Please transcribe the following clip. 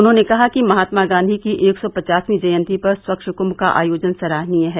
उन्होने कहा कि महात्मा गांधी की एक सौ पचासवी जयंती पर स्वच्छ कुम्भ का आयोजन सराहनीय है